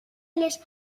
les